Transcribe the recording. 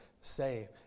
say